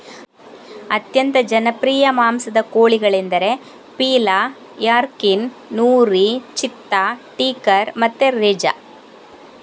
ಅತ್ಯಂತ ಜನಪ್ರಿಯ ಮಾಂಸದ ಕೋಳಿಗಳೆಂದರೆ ಪೀಲಾ, ಯಾರ್ಕಿನ್, ನೂರಿ, ಚಿತ್ತಾ, ಟೀಕರ್ ಮತ್ತೆ ರೆಜಾ